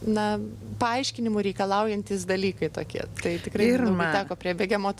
na paaiškinimų reikalaujantys dalykai tokie tai tikrai teko prie begemoto